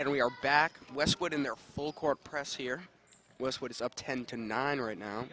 and we are back westwood in their full court press here with what is up ten to nine right now